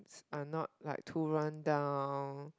are not like too rundown